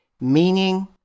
meaning